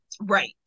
Right